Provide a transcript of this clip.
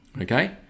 Okay